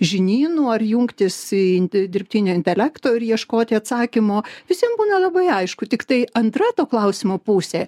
žinynų ar jungtis į int dirbtinio intelekto ir ieškoti atsakymo visiem nelabai aišku tiktai antra to klausimo pusė